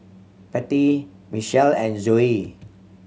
Patty Mitchel and Zoey